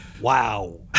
wow